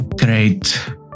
great